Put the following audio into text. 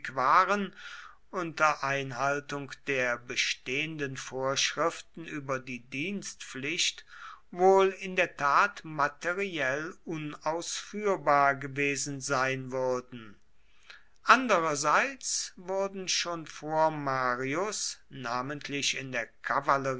waren unter einhaltung der bestehenden vorschriften über die dienstpflicht wohl in der tat materiell unausführbar gewesen sein würden andererseits wurden schon vor marius namentlich in der